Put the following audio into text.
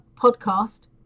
podcast